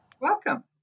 Welcome